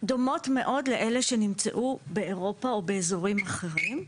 דומות מאוד לאלה שנמצאו באירופה או באזורים אחרים,